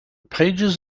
pages